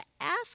ask